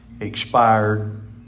expired